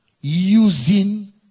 Using